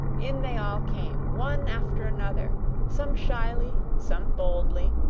in they all came, one after another some shyly, some boldly,